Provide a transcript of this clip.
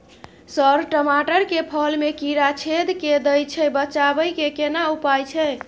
Sir टमाटर के फल में कीरा छेद के दैय छैय बचाबै के केना उपाय छैय?